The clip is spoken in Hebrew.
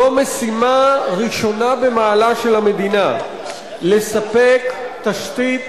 זו משימה ראשונה במעלה של המדינה לספק תשתית